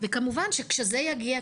וכמובן שכשזה יגיע,